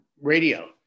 radio